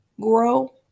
grow